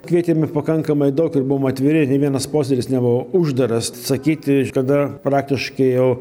kvietėm ir pakankamai daug ir buvom atviri nei vienas posėdis nebuvo uždaras sakyti kada praktiškai jau